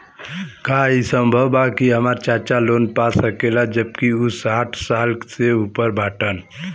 का ई संभव बा कि हमार चाचा लोन पा सकेला जबकि उ साठ साल से ऊपर बाटन?